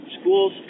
schools